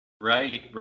Right